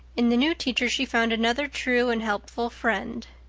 in the new teacher she found another true and helpful friend.